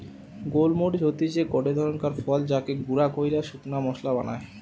গোল মরিচ হতিছে গটে ধরণকার ফল যাকে গুঁড়া কইরে শুকনা মশলা বানায়